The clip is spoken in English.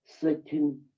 certain